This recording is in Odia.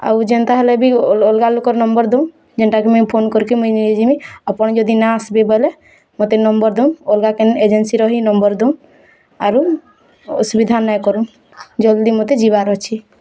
ଆଉ ଯେନ୍ତା ହେଲେ ବି ଅଲ୍ଗା ଲୋକର୍ ନମ୍ୱର୍ ଦଉନ୍ ଯେଣ୍ଟାକି ମୁଇଁ ଫୋନ୍ କରିକି ଯିମି ଆପଣ ଯଦି ନା ଆସିବେ ବୋଲେ ମତେ ନମ୍ୱର୍ ଦଉନ୍ ଅଲଗା କେନ୍ ଏଜେନ୍ସିର ହି ନମ୍ବର୍ ଦଉନ୍ ଆରୁ ଅସୁବିଧା ନାଇ କରୁନ୍ ଜଲ୍ଦି ମତେ ଯିବାର୍ ଅଛି